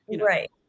Right